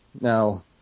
Now